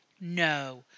No